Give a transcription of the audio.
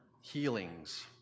healings